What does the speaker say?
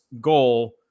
goal